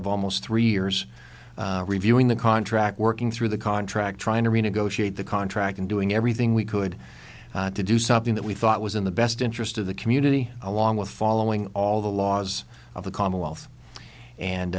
of almost three years reviewing the contract working through the contract trying to renegotiate the contract and doing everything we could to do something that we thought was in the best interest of the community along with following all the laws of the commonwealth and